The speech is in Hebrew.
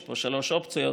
יש פה שלוש אופציות,